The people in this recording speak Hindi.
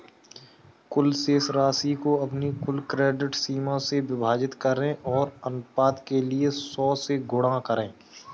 कुल शेष राशि को अपनी कुल क्रेडिट सीमा से विभाजित करें और अनुपात के लिए सौ से गुणा करें